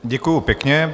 Děkuji pěkně.